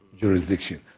jurisdiction